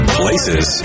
places